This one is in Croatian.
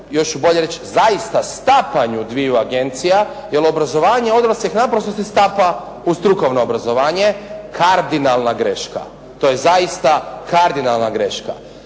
još bolje reći, zaista stapanju dviju agencija jer obrazovanje odraslih naprosto se stapa u strukovno obrazovanje. Kardinalna greška. To je zaista kardinalna greška.